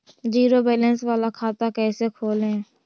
Zero balance बाला खाता कैसे खोले?